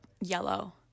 Yellow